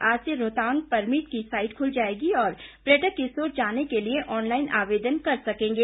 आज से रोहतांग परमीट की साईट खुल जाएगी और पर्यटक इस ओर जाने के लिए ऑनलाईन आवेदन कर सकेंगे